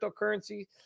cryptocurrency